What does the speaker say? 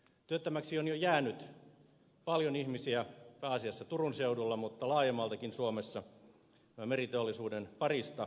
työttömiksi on jo jäänyt paljon ihmisiä pääasiassa turun seudulla mutta laajemmaltakin suomessa meriteollisuuden parista